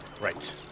Right